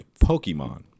Pokemon